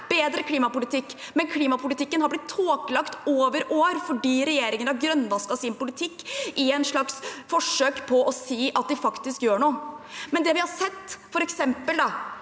bedre klimapolitikk, men klimapolitikken har blitt tåkelagt over år fordi regjeringen har grønnvasket sin politikk i et slags forsøk på å si at de faktisk gjør noe. Det vi har sett – f.eks. i